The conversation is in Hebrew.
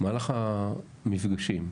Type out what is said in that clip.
במהלך המפגשים,